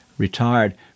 Retired